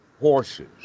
horses